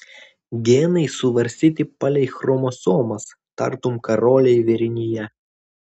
genai suvarstyti palei chromosomas tartum karoliai vėrinyje